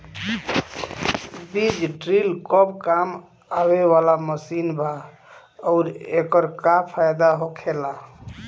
बीज ड्रील कब काम आवे वाला मशीन बा आऊर एकर का फायदा होखेला?